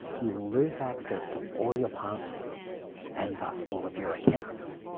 you will lose access to all your passwords and thus all of your accounts.